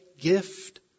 gift